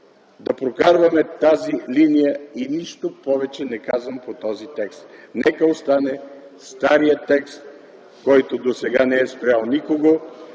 да прокарваме тази линия. И нищо повече не казвам по този текст. Нека остане старият текст, който досега не е спрял никого,